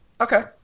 Okay